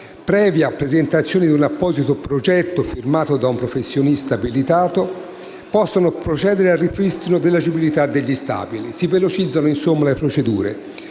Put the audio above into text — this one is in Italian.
previa presentazione di apposito progetto firmato da un professionista abilitato, possano procedere al ripristino dell'agibilità degli stabili. Si velocizzano, insomma, le procedure.